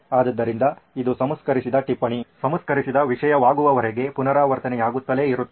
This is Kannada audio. ಆದ್ದರಿಂದ ಇದು ಸಂಸ್ಕರಿಸಿದ ಟಿಪ್ಪಣಿ ಸಂಸ್ಕರಿಸಿದ ವಿಷಯವಾಗುವವರೆಗೆ ಪುನರಾವರ್ತನೆಯಾಗುತ್ತಲೇ ಇರುತ್ತದೆ